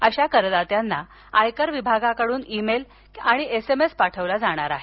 अशा करदात्यांना आयकर विभागाकडूनइमेल आणि एस एम एस पाठवला जाणार आहे